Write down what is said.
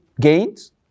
gains